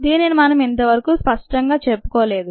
దీనిని మనం ఇంతవరకు స్పష్టంగా చెప్పుకోలేదు